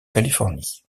californie